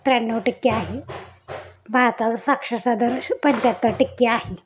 त्र्याण्णव टक्के आहे भारताचा साक्षरता दर पंच्याहत्तर टक्के आहे